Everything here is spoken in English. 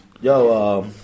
Yo